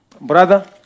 Brother